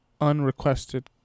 Unrequested